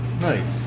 Nice